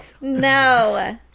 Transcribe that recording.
No